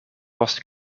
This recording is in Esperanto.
post